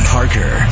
Parker